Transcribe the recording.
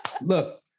Look